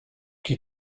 qui